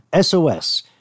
SOS